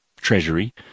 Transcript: treasury